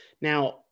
Now